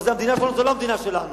זאת המדינה שלנו או לא המדינה שלנו?